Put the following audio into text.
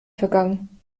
vergangen